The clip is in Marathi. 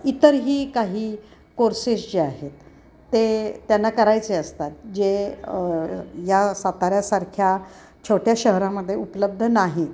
इतरही काही कोर्सेस जे आहेत ते त्यांना करायचे असतात जे या साताऱ्यासारख्या छोट्या शहरामध्ये उपलब्ध नाहीत